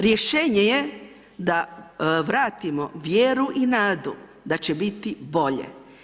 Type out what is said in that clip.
Rješenje je da vratimo vjeru i nadu da će biti bolje.